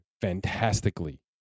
fantastically